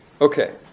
Okay